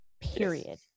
period